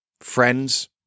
friends